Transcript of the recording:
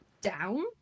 down